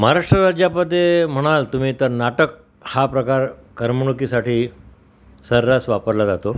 महाराष्ट्र राज्यामध्ये म्हणाल तुम्ही तर नाटक हा प्रकार करमणुकीसाठी सर्रास वापरला जातो